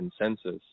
consensus